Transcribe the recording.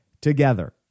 together